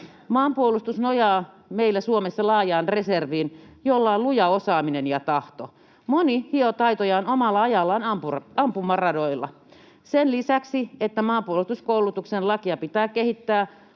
Maanpuolustus nojaa meillä Suomessa laajaan reserviin, jolla on luja osaaminen ja tahto. Moni hioo taitojaan omalla ajallaan ampumaradoilla. Sen lisäksi, että maanpuolustuskoulutuksen lakia pitää kehittää